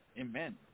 Amen